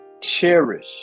cherish